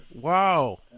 Wow